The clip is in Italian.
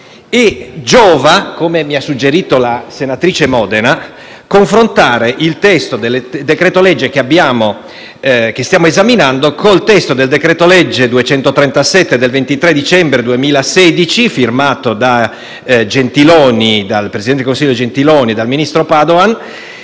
Giova, come mi ha suggerito la senatrice Modena, confrontare il testo del decreto-legge che stiamo esaminando con il testo del decreto-legge n. 237 del 23 dicembre 2016 firmato dal presidente del Consiglio Gentiloni Silveri e dal ministro Padoan,